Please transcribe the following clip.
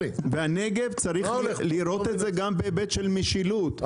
הנגב צריך לראות את זה גם בהיבט של משילות,